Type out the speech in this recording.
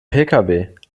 pkw